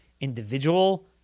individual